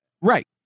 Right